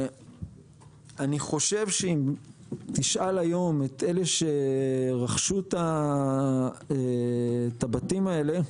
אני חושב שאם תשאל היום את אלו שרכשו את הבתים האלה,